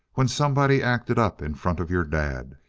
when somebody acted up in front of your dad?